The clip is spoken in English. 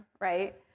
right